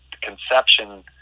conception